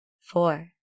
four